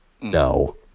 No